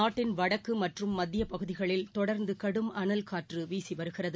நாட்டின் வடக்குமற்றும் மத்தியபகுதிகளில் தொடர்ந்துகடும் அனல் காற்றுவீசிவருகிறது